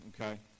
okay